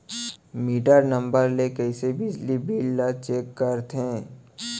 Metre number ले कइसे बिजली बिल ल चेक करथे?